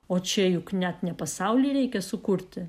o čia juk net ne pasaulį reikia sukurti